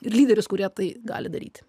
ir lyderius kurie tai gali daryti